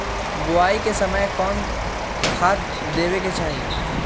बोआई के समय कौन खाद देवे के चाही?